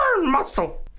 muscle